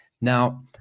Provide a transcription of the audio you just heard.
Now